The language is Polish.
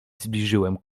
zbliżyłem